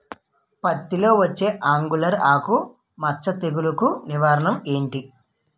పత్తి లో వచ్చే ఆంగులర్ ఆకు మచ్చ తెగులు కు నివారణ ఎంటి?